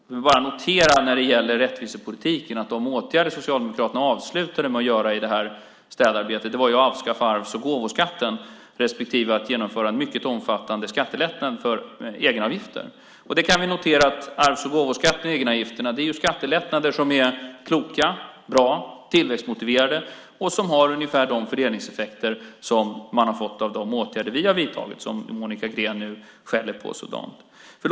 Jag vill bara notera när det gäller rättvisepolitiken att de åtgärder som Socialdemokraterna avslutade med att vidta i städarbetet var att avskaffa arvs och gåvoskatterna respektive att genomföra en mycket omfattande skattelättnad för egenavgifter. Vi kan notera att arvs och gåvoskatterna och egenavgifterna är skattelättnader som är kloka, bra, tillväxtmotiverade och som har ungefär de fördelningseffekter som man har fått av de åtgärder som vi har vidtagit, som Monica Green nu skäller på så dant.